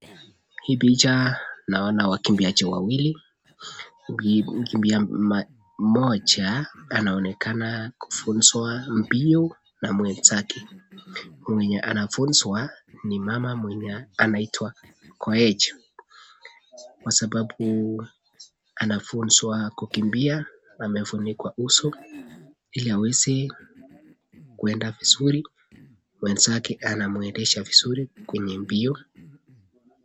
Hii picha naona wakimbiaji wawili . Mkimbiaji mmoja anaonekana kufunzwa mbio na mwenzake na mwenye anafunzwa ni mama anaitwa Koech kwa sababu anafunzwa kukimbia amefunikwa uso ili aweze kuenda vizuri. Mwenzake anamwendesha vizuri kwenye mbio.